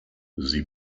sie